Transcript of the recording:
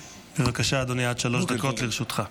בבקשה, אדוני, עד שלוש דקות לרשותך.